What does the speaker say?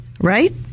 right